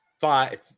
five